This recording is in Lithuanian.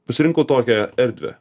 pasirinko tokią erdvę